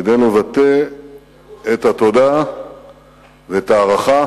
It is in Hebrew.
כדי לבטא את התודה ואת ההערכה